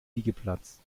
liegeplatz